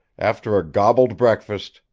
after a gobbled breakfast,